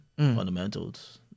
fundamentals